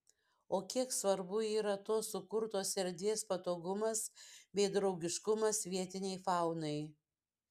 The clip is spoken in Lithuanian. o kiek svarbu yra tos sukurtos erdvės patogumas bei draugiškumas vietinei faunai